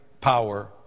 power